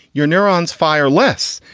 your neurons fire less.